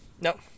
No